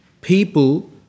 people